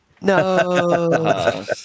No